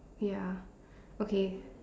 ya okay